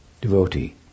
devotee